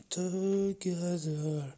together